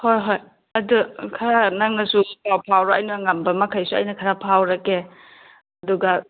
ꯍꯣꯏ ꯍꯣꯏ ꯑꯗꯣ ꯈꯔ ꯅꯪꯅꯁꯨ ꯄꯥꯎ ꯐꯥꯎꯔꯣ ꯑꯩꯅ ꯉꯝꯕ ꯃꯈꯩꯁꯨ ꯑꯩꯅ ꯈꯔ ꯐꯥꯎꯔꯒꯦ ꯑꯗꯨꯒ